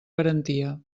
garantia